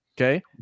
Okay